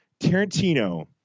Tarantino